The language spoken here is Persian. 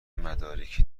مدارکی